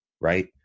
right